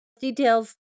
Details